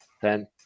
ten